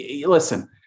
listen